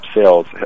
sales